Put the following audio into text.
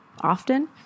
often